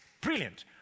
brilliant